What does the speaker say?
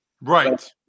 Right